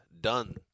Done